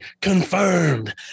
confirmed